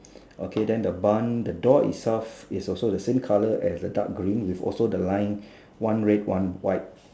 okay then the bun the door itself is also the same colour as the dark green with also the line one red one white